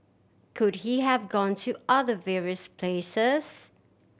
could he have gone to other various places